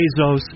Bezos